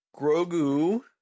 Grogu